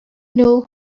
know